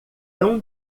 tão